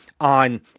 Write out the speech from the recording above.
on